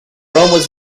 was